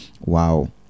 Wow